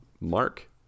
Mark